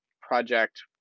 project